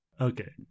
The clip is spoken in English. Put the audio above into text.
Okay